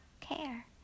care